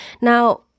Now